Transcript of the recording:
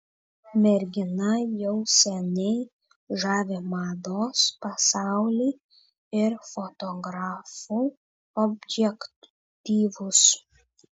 mergina jau seniai žavi mados pasaulį ir fotografų objektyvus